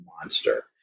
monster